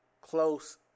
Close